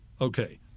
okay